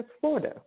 Florida